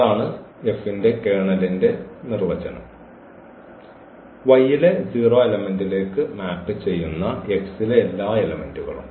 ത് F ന്റെ കേർണലിന്റെ നിർവചനമാണ് Y ലെ 0 എലമെന്റ്ലേക്ക് മാപ്പ് ചെയ്യുന്ന X ലെ എല്ലാ എലമെന്റ്കളും